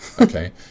Okay